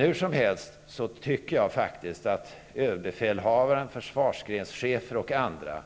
Hur som helst tycker jag faktiskt att överbefälhavaren, försvarsgrenschefer och andra